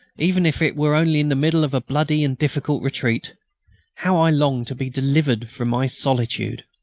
even if it were only in the middle of a bloody and difficult retreat how i longed to be delivered from my solitude!